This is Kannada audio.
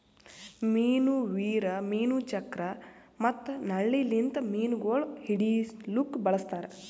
ಮೀನು ವೀರ್, ಮೀನು ಚಕ್ರ ಮತ್ತ ನಳ್ಳಿ ಲಿಂತ್ ಮೀನುಗೊಳ್ ಹಿಡಿಲುಕ್ ಬಳಸ್ತಾರ್